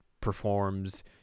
performs